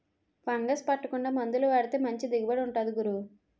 fungus పట్టకుండా మందులు వాడితే మంచి దిగుబడి ఉంటుంది గురూ